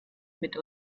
mit